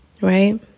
right